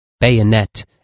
Bayonet